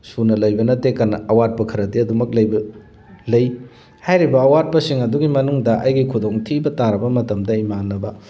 ꯁꯨꯅ ꯂꯩꯕ ꯅꯠꯇꯦ ꯑꯋꯥꯠꯄ ꯈꯔꯗꯤ ꯑꯗꯨꯝꯃꯛ ꯂꯩ ꯍꯥꯏꯔꯤꯕ ꯑꯋꯥꯠꯄꯁꯤꯡ ꯑꯗꯨꯗꯤ ꯃꯅꯨꯡꯗ ꯑꯩꯒꯤ ꯈꯨꯗꯣꯡ ꯊꯤꯕ ꯇꯥꯔꯕ ꯃꯇꯝꯗ ꯏꯃꯥꯅꯕ